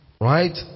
right